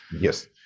Yes